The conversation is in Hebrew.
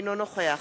אינו נוכח